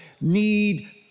need